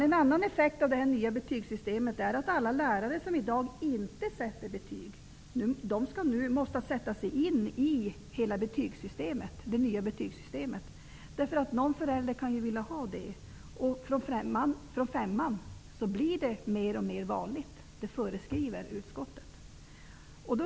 En annan effekt av detta nya betygssystem är att alla lärare som i dag inte sätter betyg, måste nu sätta sig in i hela betygssystemet. Någon förälder kan ju vilja få tillgång till det, och från femman blir det mer och mer vanligt. Det förutsätter utskottet.